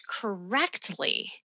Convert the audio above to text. correctly